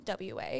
WA